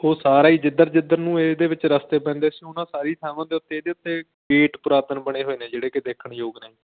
ਉਹ ਸਾਰਾ ਹੀ ਜਿੱਧਰ ਜਿੱਧਰ ਨੂੰ ਇਹਦੇ ਵਿੱਚ ਰਸਤੇ ਪੈਂਦੇ ਸੀ ਉਹਨਾਂ ਸਾਰੀ ਥਾਵਾਂ ਦੇ ਉੱਤੇ ਇਹਦੇ ਉੱਤੇ ਗੇਟ ਪੁਰਾਤਨ ਬਣੇ ਹੋਏ ਨੇ ਜਿਹੜੇ ਕਿ ਦੇਖਣ ਯੋਗ ਨੇ